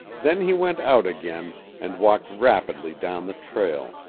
then he went out again and walked rapidly down the trail.